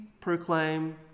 proclaim